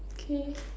okay